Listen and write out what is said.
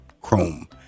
Chrome